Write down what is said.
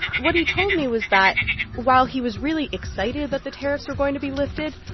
what he told me was that while he was really excited that the tariffs were going to be lifted,